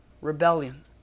rebellion